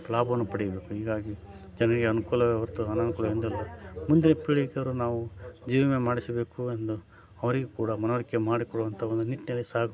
ಲಾಭವನ್ನು ಪಡಿಬೇಕು ಹೀಗಾಗಿ ಜನರಿಗೆ ಅನುಕೂಲವೇ ಹೊರತು ಅನಾನುಕೂಲ ಎಂದು ಇಲ್ಲ ಮುಂದಿನ ಪೀಳಿಗೆ ಅವರು ನಾವು ಜೀವ ವಿಮೆ ಮಾಡಿಸಬೇಕು ಎಂದು ಅವರಿಗೆ ಕೂಡ ಮನವರಿಕೆ ಮಾಡಿಕೊಳ್ಳುವಂಥ ಒಂದು ನಿಟ್ಟಿನಲ್ಲಿ ಸಾಗಬೇಕು